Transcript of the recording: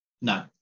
no